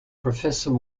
professor